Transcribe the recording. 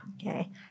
Okay